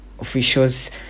officials